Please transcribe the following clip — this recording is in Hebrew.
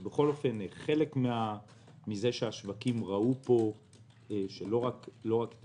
אבל בכל אופן חלק מזה שהשווקים ראו פה לא רק את